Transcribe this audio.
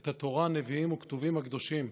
את התורה, נביאים וכתובים הקדושים,